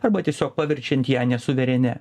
arba tiesiog paverčiant ją nesuverenia